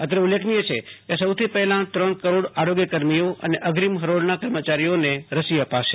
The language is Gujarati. અત્રે ઉલ્લેખનીય છે કે સૌથી પહેલાં ત્રણ કરોડ આરોગ્ય કર્મીઓ તથા અગ્રીમ હરોળના કર્મચારીઓને રસી અપાશે